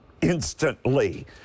instantly